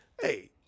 Hey